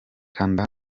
kanda